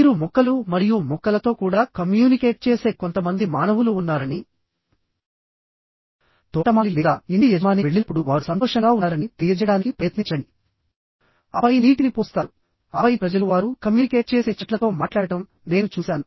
మీరు మొక్కలు మరియు మొక్కలతో కూడా కమ్యూనికేట్ చేసే కొంతమంది మానవులు ఉన్నారని తోటమాలి లేదా ఇంటి యజమాని వెళ్ళినప్పుడు వారు సంతోషంగా ఉన్నారని తెలియజేయడానికి ప్రయత్నించండి ఆపై నీటిని పోస్తారు ఆపై ప్రజలు వారు కమ్యూనికేట్ చేసే చెట్లతో మాట్లాడటం నేను చూశాను